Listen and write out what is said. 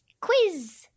quiz